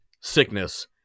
Sickness